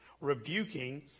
Rebuking